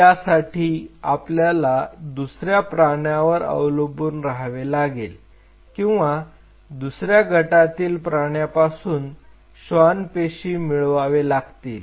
तरी यासाठी आपल्याला दुसऱ्या प्राण्यावर अवलंबून रहावे लागेल किंवा दुसऱ्या गटातील प्राण्यापासून श्वान पेशी मिळवावे लागतील